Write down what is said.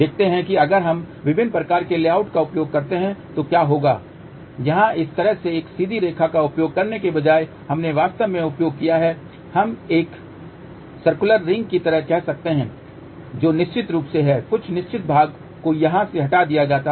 देखते हैं कि अगर हम विभिन्न प्रकार के लेआउट का उपयोग करते हैं तो क्या होगा यहां इस तरह से एक सीधी रेखा का उपयोग करने के बजाय हमने वास्तव में उपयोग किया है हम एक सर्कुलर रिंग की तरह कह सकते हैं जो निश्चित रूप से है कुछ निश्चित भाग को यहां से हटा दिया जाता है